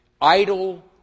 idle